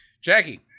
Jackie